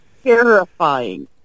terrifying